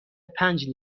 پنج